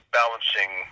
balancing